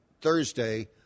Thursday